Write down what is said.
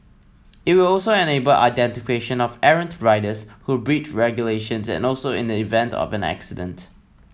it will also enable identification of errant riders who breach regulations and also in the event of an accident